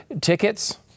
tickets